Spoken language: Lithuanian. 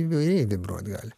įvairiai vibruot gali